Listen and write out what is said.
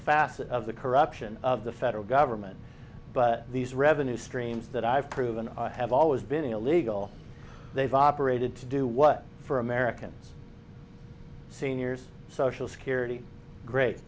facet of the corruption of the federal government but these revenue streams that i've proven have always been illegal they've operated to do what for americans seniors social security